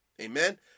Amen